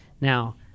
Now